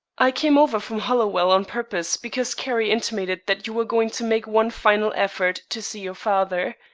i came over from hollowell on purpose, because carrie intimated that you were going to make one final effort to see your father.